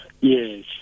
yes